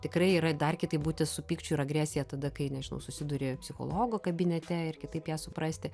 tikrai yra dar kitaip būti su pykčiu ir agresija tada kai nežinau susiduri psichologo kabinete ir kitaip ją suprasti